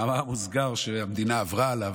משק המדינה, במאמר מוסגר, שהמדינה עברה עליו,